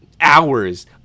hours